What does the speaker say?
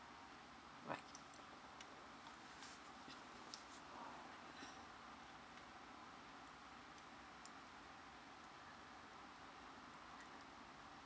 right